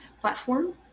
platform